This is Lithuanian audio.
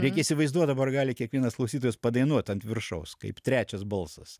reikia įsivaizduot dabar gali kiekvienas klausytojas padainuot ant viršaus kaip trečias balsas